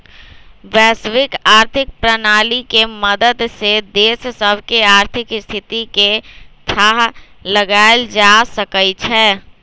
वैश्विक आर्थिक प्रणाली के मदद से देश सभके आर्थिक स्थिति के थाह लगाएल जा सकइ छै